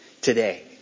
today